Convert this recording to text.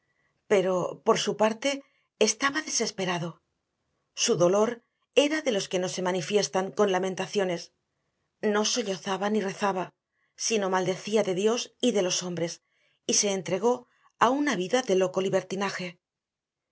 pero por su parte estaba desesperado su dolor era de los que no se manifiestan con lamentaciones no sollozaba ni rezaba sino maldecía de dios y de los hombres y se entregó a una vida de loco libertinaje